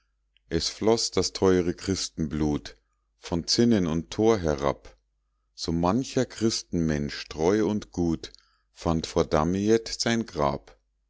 es floß das teure christenblut von zinnen und tor herab so mancher christenmensch treu und gut fand vor damiett sein grab